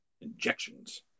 injections